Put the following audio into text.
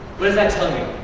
what does that tell you?